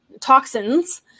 toxins